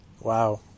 Wow